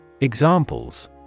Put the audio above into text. Examples